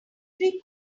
free